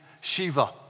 Shiva